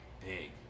Big